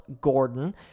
Gordon